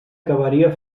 acabaria